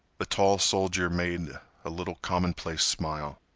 the tall soldier made a little commonplace smile.